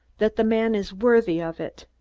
that the man is worthy of it.